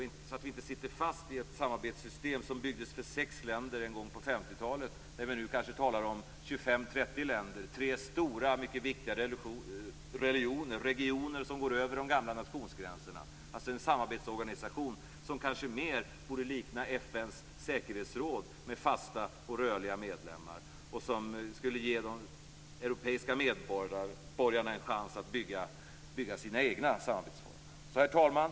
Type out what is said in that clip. Vi skall inte sitta fast i ett samarbetssystem som en gång på 50-talet byggdes upp för sex länder. Vi talar nu om kanske 25-30 länder med tre mycket viktiga religioner, som går över de gamla nationsgränserna. Samarbetssystemet borde kanske mer likna FN:s säkerhetsråd med fasta och rörliga medlemmar, något som skulle ge de europeiska medborgarna en chans att bygga sina egna samarbetsformer. Herr talman!